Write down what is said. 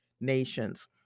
nations